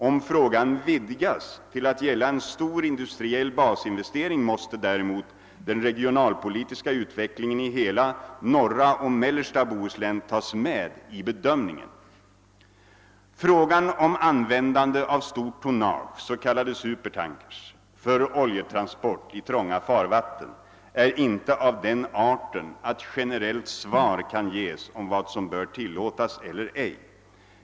Om frågan vidgas till att gälla en stor industriell basinvestering måste däremot den regionalpolitiska utvecklingen i hela norra och mellersta Bohuslän tas med i bedöm Frågan om användande av stort tonnage, s.k. supertankers, för oljetransport i trånga farvatten är inte av den arten att generellt svar kan ges om vad som bör tillåtas eller ej.